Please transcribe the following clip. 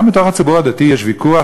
גם בתוך הציבור הדתי יש ויכוח,